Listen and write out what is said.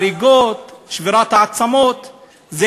ההריגות, שבירת העצמות.